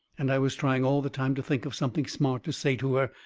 and i was trying all the time to think of something smart to say to her.